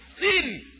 sin